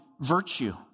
virtue